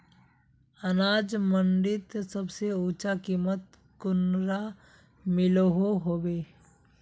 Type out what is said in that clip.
अनाज मंडीत सबसे ऊँचा कीमत कुंडा मिलोहो होबे?